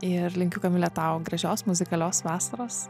ir linkiu kamile tau gražios muzikalios vasaros